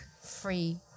free